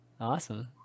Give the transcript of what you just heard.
Awesome